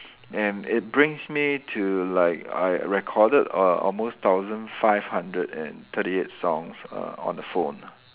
and it brings me to like I recorded err almost thousand five hundred and thirty eight songs err on the phone